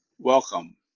Welcome